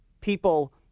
people